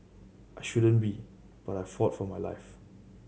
I shouldn't be but I fought for my life